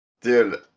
Dude